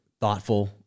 thoughtful